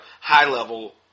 high-level